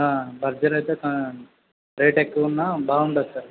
burger అయితే rate ఎక్కువ ఉన్నా బాగుంటుంది సార్